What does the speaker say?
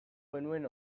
genuen